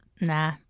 Nah